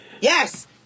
Yes